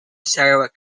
sarawak